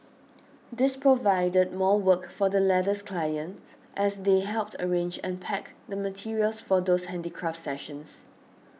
this provided more work for the latter's clients as they helped arrange and pack the materials for those handicraft sessions